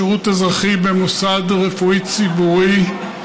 שירות אזרחי במוסד רפואי ציבורי),